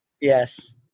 Yes